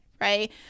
right